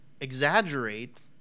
exaggerate